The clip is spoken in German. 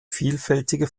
vielfältige